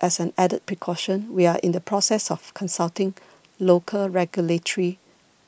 as an added precaution we are in the process of consulting local regulatory